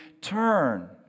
turn